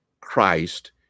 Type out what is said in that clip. Christ